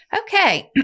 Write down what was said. okay